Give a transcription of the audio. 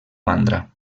mandra